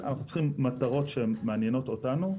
אנחנו צריכים מטרות שהן מעניינות אותנו.